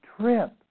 trip